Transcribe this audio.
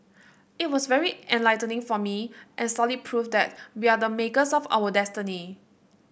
it was very enlightening for me and solid proof that we are the makers of our destiny